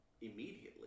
immediately